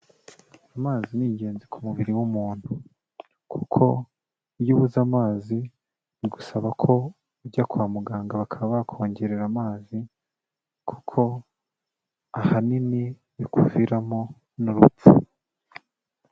Amazi ni ingenzi ku mubiri w'umuntu kuko iyo ubuze amazi bigusaba ko ujya kwa muganga bakaba bakongerera amazi kuko ahanini bikuviramo n'urupfu.